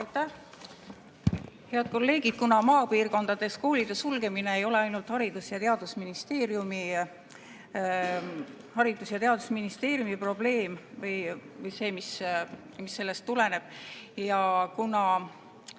Head kolleegid! Kuna maapiirkondades koolide sulgemine ei ole ainult Haridus- ja Teadusministeeriumi probleem ja ka muu, mis sellest tuleneb, ja kuna